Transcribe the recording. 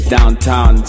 Downtown